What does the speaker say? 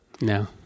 no